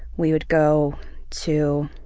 we would go to